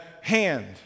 hand